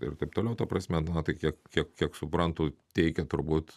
ir taip toliau ta prasme na tai kiek kiek kiek suprantu teikia turbūt